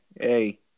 hey